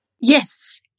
Yes